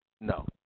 No